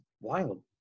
wild